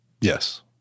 yes